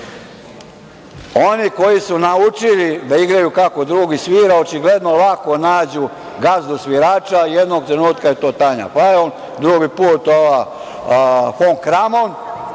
Oni koji su naučili da igraju kako drugi svira, očigledno lako nađu gazdu svirača. Jednog trenutka je to Tanja Fajon, drugi put ova fon Kramon,